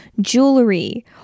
jewelry